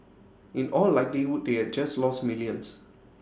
in all likelihood they had just lost millions